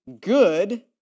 good